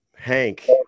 Hank